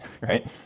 right